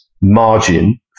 margin